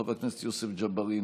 חבר הכנסת יוסף ג'בארין,